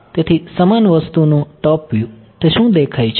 તેથી સમાન વસ્તુનું ટોપ વ્યુ તે શું દેખાય છે